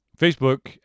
Facebook